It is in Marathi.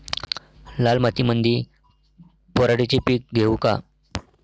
लाल मातीमंदी पराटीचे पीक घेऊ का?